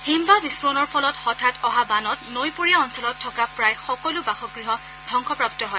হিমবাহ বিস্ফোৰণৰ ফলত হঠাৎ অহা বানত নৈপৰীয়া অঞ্চলত থকা প্ৰায় সকলো বাসগৃহ ধবংসপ্ৰাপ্ত হয়